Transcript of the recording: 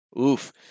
Oof